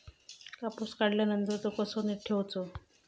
कापूस काढल्यानंतर तो कसो नीट ठेवूचो?